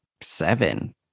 seven